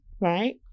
Right